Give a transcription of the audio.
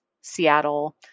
Seattle